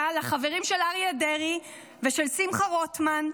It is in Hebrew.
לחברים של אריה דרעי ושל שמחה רוטמן,